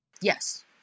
Yes